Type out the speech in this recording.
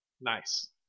nice